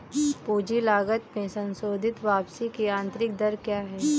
पूंजी लागत में संशोधित वापसी की आंतरिक दर क्या है?